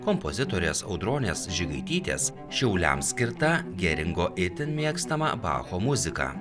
kompozitorės audronės žigaitytės šiauliams skirta geringo itin mėgstama bacho muzika